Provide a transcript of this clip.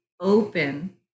open